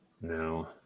No